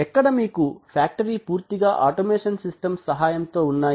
ఎక్కడ మీకు ఫ్యాక్టరీ పూర్తి గా ఆటోమేషన్ సిస్టం సహాయంతో ఉన్నాయి